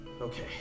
Okay